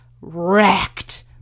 wrecked